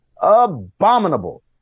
Abominable